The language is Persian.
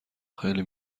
خیلی